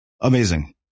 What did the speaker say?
Amazing